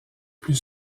plus